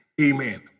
Amen